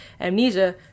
Amnesia